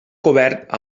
cobert